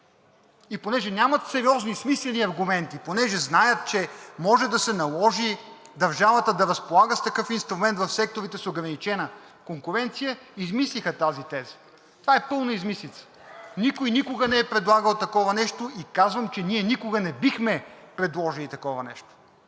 и понеже нямат сериозни и смислени аргументи, понеже знаят, че може да се наложи държавата да разполага с такъв инструмент в секторите с ограничена конкуренция, измислиха тази теза. Това е пълна измислица! Никой никога не е предлагал такова нещо и казвам, че ние никога не бихме предложили такова нещо,